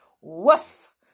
Woof